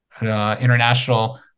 international